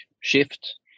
shift